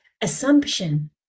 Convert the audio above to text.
assumption